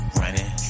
running